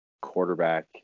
quarterback